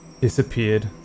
disappeared